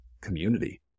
community